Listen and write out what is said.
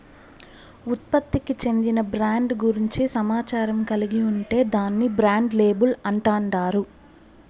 ఉత్పత్తికి చెందిన బ్రాండ్ గూర్చి సమాచారం కలిగి ఉంటే దాన్ని బ్రాండ్ లేబుల్ అంటాండారు